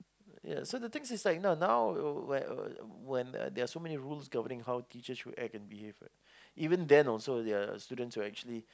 ya so the thing is like now now when when there are so many rules governing how teachers should act and behave what even then also there are students who actually